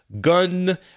gun